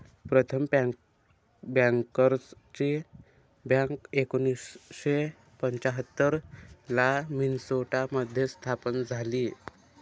प्रथम बँकर्सची बँक एकोणीसशे पंच्याहत्तर ला मिन्सोटा मध्ये स्थापन झाली